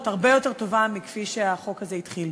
הרבה יותר טובה מכפי שהחוק הזה התחיל.